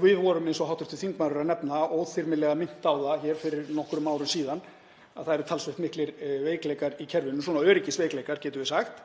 Við vorum, eins og hv. þingmaður nefnir, óþyrmilega minnt á það fyrir nokkrum árum síðan að það eru talsvert miklir veikleikar í kerfinu, öryggisveikleikar getum við sagt.